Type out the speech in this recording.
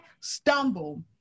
stumble